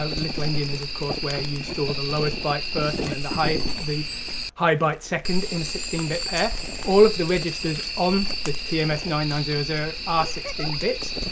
um little-endian is of course where you store the lowest byte first, and then the high the high byte second in a sixteen bit pair all of the registers on the t m s nine nine zero zero are ah sixteen bits.